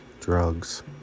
drugs